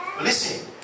Listen